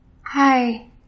Hi